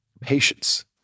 Patience